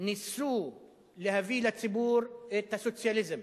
ניסו להביא לציבור, את הסוציאליזם,